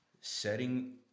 Setting